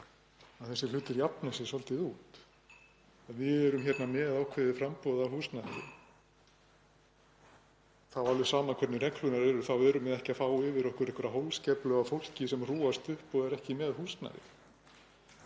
að þessir hlutir jafni sig svolítið út. Við erum hérna með ákveðið framboð á húsnæði og alveg sama hvernig reglurnar eru þá erum við ekki að fá yfir okkur einhverja holskeflu af fólki sem hrúgast upp og er ekki með húsnæði,